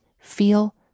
feel